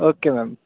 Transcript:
okay ma'am